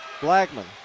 Blackman